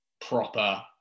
proper